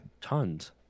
tons